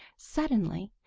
suddenly,